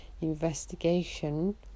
investigation